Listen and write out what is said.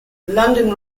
london